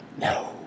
No